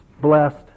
blessed